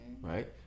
Right